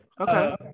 Okay